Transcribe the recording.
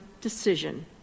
decision